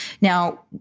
Now